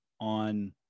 on